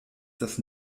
das